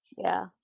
yeah,